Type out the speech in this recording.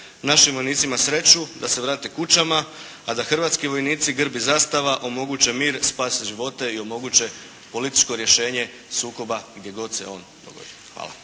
našim vojnicima sreću da se vrate kućama, a da hrvatski vojnici, grb i zastava omoguće mir, spase živote i omoguće političko rješenje sukoba gdje god se on dogodi. Hvala.